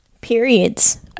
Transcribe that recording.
Periods